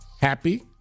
happy